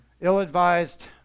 Ill-advised